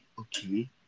okay